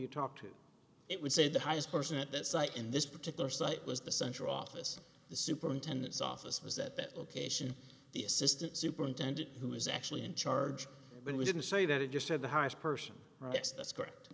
you talk to it would say the highest person at that site in this particular site was the center office the superintendent's office was that location the assistant superintendent who was actually in charge when we didn't say that he just had the highest person yes that's correct